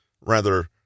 Rather